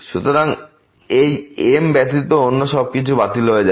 সুতরাং এই m ব্যতীত অন্য সবকিছু বাতিল হয়ে যাবে